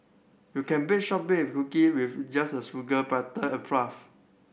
you can bake shortbread cookie with just with sugar butter and